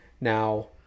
Now